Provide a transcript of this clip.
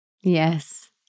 Yes